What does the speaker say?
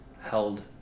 held